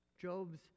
Job's